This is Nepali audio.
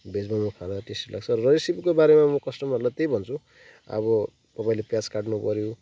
भेज मोमो खाँदा टेस्टी लाग्छ र रेसिपीको बारेमा म कस्टमरलाई त्यही भन्छु अब तपाईँले प्याज काट्नु पर्यो